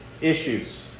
issues